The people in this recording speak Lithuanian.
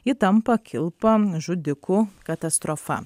ji tampa kilpa žudiku katastrofa